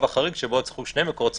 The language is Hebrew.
החריג שבו יצטרכו שני מקורות סמכות,